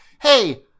Hey